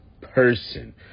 person